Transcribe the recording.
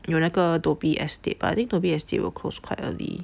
有那个 Toby Estate but I think Toby Estate will close quite early